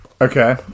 Okay